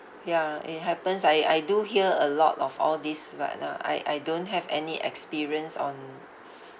ya it happens I I do hear a lot of all these but uh I I don't have any experience on